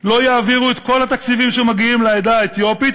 לא יעבירו את כל התקציבים שמגיעים לעדה האתיופית,